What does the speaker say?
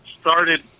started